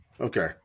Okay